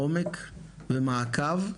עומק ומעקב,